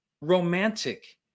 romantic